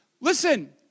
listen